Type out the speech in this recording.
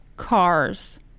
Cars